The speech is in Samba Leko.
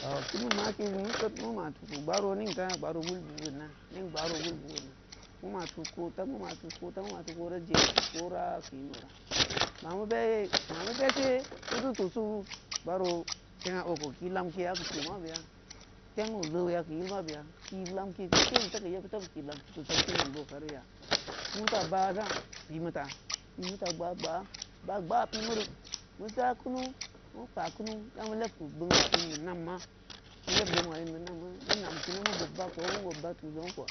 A kin bai ma kini sod meu ma tu keu gbaaraninta gbaaro wul be wonna nen gbaare wulbe wonna meu ma tu keu ota-meu ma tu keu ota-meu ma tu keu ota jed torah keu in ora ma mau beye ma meu bese meuteu tusu gbaaro seng’a o kai ki lamkeya keu tumabeya tem o lou ya keu yil mabeya ki lamke keu keen ta keu yebeudta beu ki lamke tusa meu teu man bkaruriya puta ba ahsa pimeu ta-pimeuta baah gbaa-baah gbaa pimeuru meu za kunu meu pa kunu da meu leb keu bongwa in be namma meu leb bongwa in be namma meu nam keu ina meu bob baahko meu bob baah tu ong’uu keu